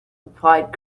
applied